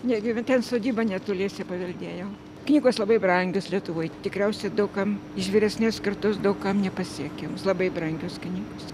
negyven ten sodyba netoliese girdėjau knygos labai brangios lietuvoj tikriausiai daug kam iš vyresnės kartos daug kam nepasiekiamos labai brangios knygos